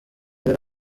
yari